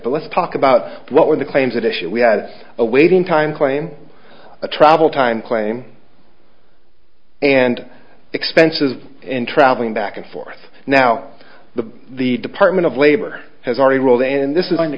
but let's talk about what were the claims that issue we had a waiting time claim a travel time claim and expenses in traveling back and forth now the the department of labor has already ruled and this is going to